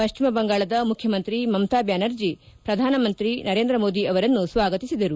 ಪಶ್ಚಿಮ ಬಂಗಾಳದ ಮುಖ್ಚಮಂತ್ರಿ ಮಮತಾ ಬ್ಲಾನರ್ಜಿ ಪ್ರಧಾನಮಂತ್ರಿ ನರೇಂದ್ರ ಮೋದಿ ಅವರನ್ನು ಸ್ವಾಗತಿಸಿದರು